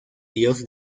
dios